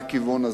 מהכיוון הזה,